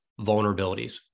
vulnerabilities